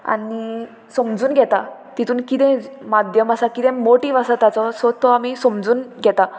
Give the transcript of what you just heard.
आनी समजून घेता तितून किदें माध्यम आसा किदें मोटीव आसा ताचो सो तो आमी समजून घेता